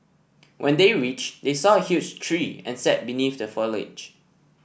when they reached they saw a huge tree and sat beneath the foliage